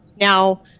Now